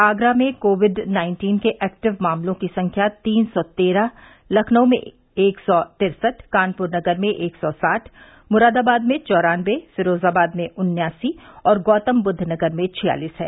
आगरा में COVID nineteen के active मामलों की संख्या तीन सौ तेरह लखनऊ में एक सौ तिरसठ कानपुर नगर में एक सौ साठ मुरादाबाद में चौरानबे फिरोजाबाद में उन्यासी और गौतमबुद्ध नगर में छियालीस है